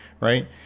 right